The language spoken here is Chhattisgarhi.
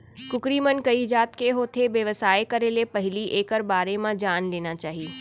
कुकरी मन कइ जात के होथे, बेवसाय करे ले पहिली एकर बारे म जान लेना चाही